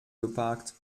geparkt